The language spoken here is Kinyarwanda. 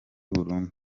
burundu